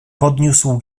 podniósł